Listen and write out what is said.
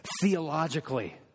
Theologically